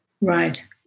Right